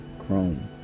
Chrome